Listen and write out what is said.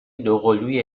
دوقلوی